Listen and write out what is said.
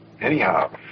anyhow